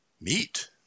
Meat